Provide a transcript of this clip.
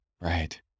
right